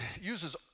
uses